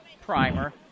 primer